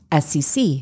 SEC